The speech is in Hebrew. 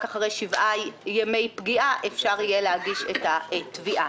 אחרי שבעה ימי פגיעה אפשר להגיש את התביעה.